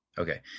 Okay